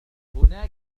هناك